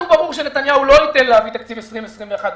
ברור שנתניהו לא ייתן להביא תקציב 2021 במרס,